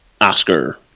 Oscar